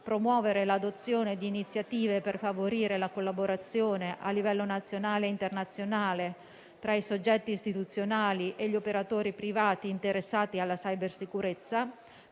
promuovere l'adozione di iniziative per favorire la collaborazione a livello nazionale e internazionale tra i soggetti istituzionali e gli operatori privati interessati alla cybersicurezza,